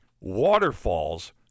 waterfalls